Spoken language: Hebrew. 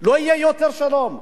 לא יהיה יותר שלום.